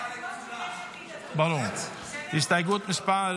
חברי הכנסת יאיר לפיד, מאיר